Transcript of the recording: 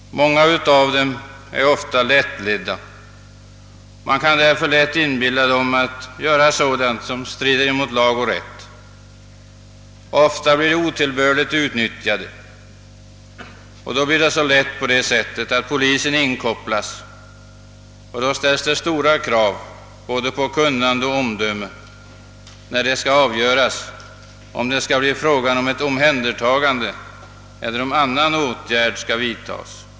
Många av dessa är lättledda. Man kan därför utan svårighet inbilla dem att göra sådant som strider mot lag och rätt, och de blir ofta otillbörligt utnyttjade. I sådana fall ligger det nära till hands att polisen inkopplas, och därvid ställs det stora krav både på kunnande och på omdöme när det skall avgöras om vederbörande skall omhändertagas eller om annan åtgärd skall vidtagas.